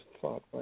thought